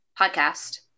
podcast